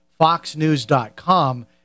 FoxNews.com